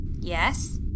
Yes